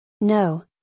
No